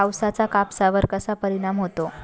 पावसाचा कापसावर कसा परिणाम होतो?